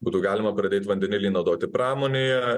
būtų galima pradėt vandenilį naudoti pramonėje